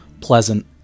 pleasant